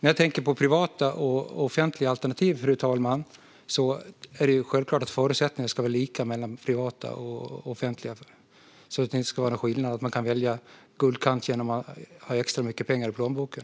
När det gäller privata och offentliga alternativ, fru talman, är det självklart att förutsättningarna ska vara lika så att man inte kan välja guldkant genom att ha extra mycket pengar i plånboken.